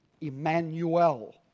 Emmanuel